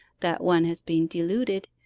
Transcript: that one has been deluded,